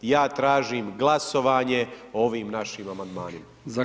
Ja tražim glasovanje o ovim našim amandmanima.